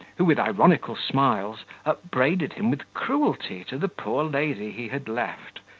who, with ironical smiles, upbraided him with cruelty to the poor lady he had left,